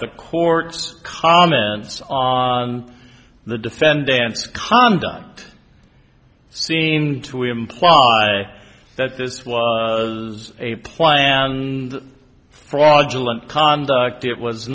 the court's comments on the defendant's conduct seem to imply that this was a plan and fraudulent conduct it was